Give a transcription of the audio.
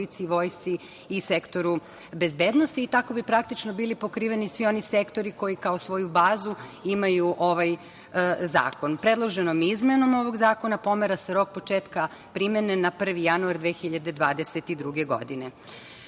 policiji, vojsci i sektoru bezbednosti. Tako bi praktično bili pokriveni svi oni sektori koji kao svoju bazu imaju ovaj zakon. Predloženom izmenom ovog zakona pomera se rok početka primene na 1. januar 2022. godine. Dalje